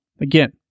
Again